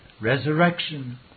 Resurrection